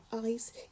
eyes